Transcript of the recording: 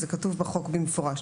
זה כתוב בחוק במפורש.